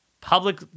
public